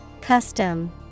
Custom